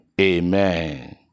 Amen